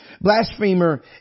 Blasphemer